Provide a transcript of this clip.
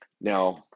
Now